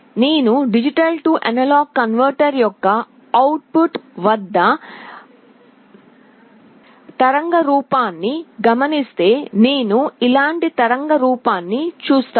నేను D A converter యొక్క output వద్ద తరంగ రూపాన్ని గమనిస్తే నేను ఇలాంటి తరంగ రూపాన్ని చూస్తాను